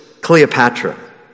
Cleopatra